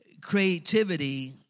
Creativity